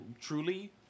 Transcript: truly